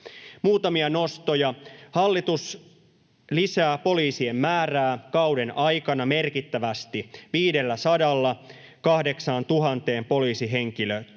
Muutamia nostoja: Hallitus lisää poliisien määrää kauden aikana merkittävästi, 500:lla 8 000 poliisihenkilötyövuoteen.